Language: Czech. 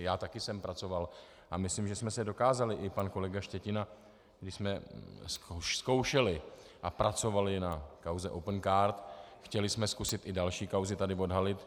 Já také jsem pracoval a myslím, že jsme se dokázali, i pan kolega Štětina, když jsme zkoušeli a pracovali na kauze Opencard, chtěli jsme zkusit i další kauzy tady odhalit.